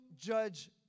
judge